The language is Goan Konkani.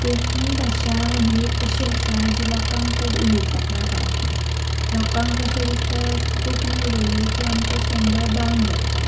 कोंकणी भाशा ही एक अशी आसा जी लोकांक चड उलोवपाक नाका लोकांक अशें दिसता की कोंकणी उलयले की आमचो स्टेंडर्ड डावन जातलो